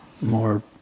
More